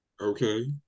Okay